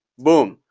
boom.